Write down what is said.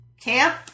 camp